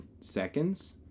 seconds